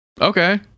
okay